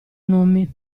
nomi